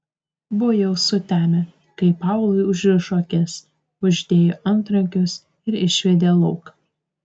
buvo jau sutemę kai paului užrišo akis uždėjo antrankius ir išvedė lauk